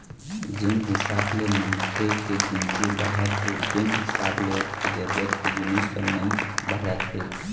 जेन हिसाब ले मनखे के गिनती बाढ़त हे तेन हिसाब ले ओखर जरूरत के जिनिस ह नइ बाढ़त हे